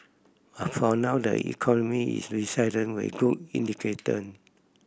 but for now the economy is resilient with good